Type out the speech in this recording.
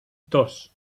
dos